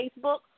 Facebook